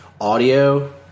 audio